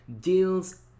deals